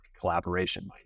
collaboration